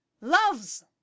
loves